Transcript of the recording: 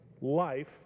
life